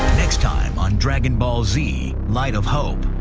next time on dragon ball z light of hope